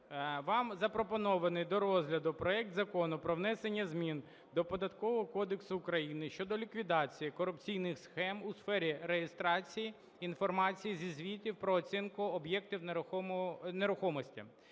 Вам запропонований до розгляду проект Закону про внесення змін до Податкового кодексу України щодо ліквідації корупційних схем у сфері реєстрації інформації зі звітів про оцінку об'єктів нерухомості